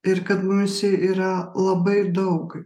ir kad mumyse yra labai daug